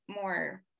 more